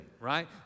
right